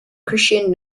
christian